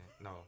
no